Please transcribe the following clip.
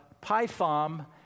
Python